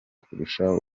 kurusha